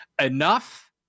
Enough